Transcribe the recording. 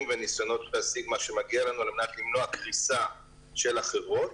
וניסיונות להשיג מה שמגיע לנו על מנת למנוע קריסה של החברות,